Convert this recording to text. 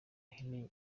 hene